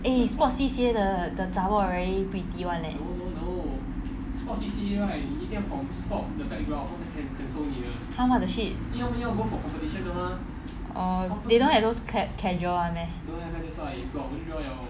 eh sports C_C_A 的的 zha bor very pretty [one] leh !huh! what the shit orh they don't have those ca~ casual [one] meh